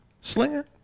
Slinger